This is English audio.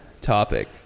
topic